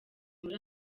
muri